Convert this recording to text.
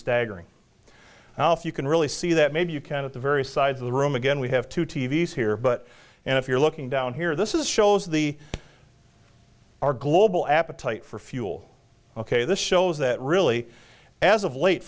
staggering now if you can really see that maybe you can at the various sides of the room again we have two t v s here but and if you're looking down here this is shows the our global appetite for fuel ok this shows that really as of late